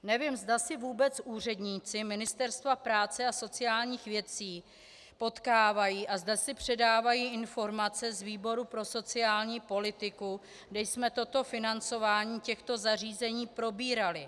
Nevím, zda se vůbec úředníci Ministerstva práce a sociálních věcí potkávají a zda si předávají informace z výboru pro sociální politiku, kde jsme financování těchto zařízení probírali.